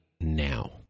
now